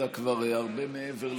אתה כבר הרבה מעבר לזמן,